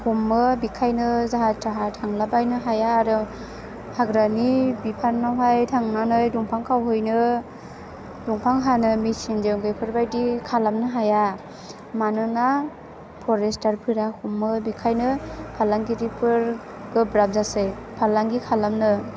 हमो बेनिखायनो जाहा थाहा थांलाबायनो हाया आरो हाग्रानि बिफानावहाय थांनानै दंफां खावहैनो दंफां हानो मेचिनजों बेफोरबायदि खालामनो हाया मानोना फरेस्तारफोरा हमो बेनिखायनो फालांगिरिफोर गोब्राब जासै फालांगि खालामनो